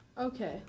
Okay